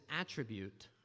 attribute